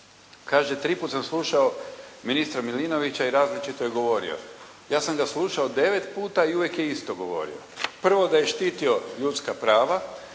Kaže tri put sam slušao ministra Milinovića i različito je govorio. Ja sam ga slušao 9 puta i uvijek je isto govorio. Prvo, da je štitio ljudska prava.